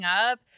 up